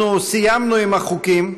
חברי הכנסת, אנחנו סיימנו עם החוקים.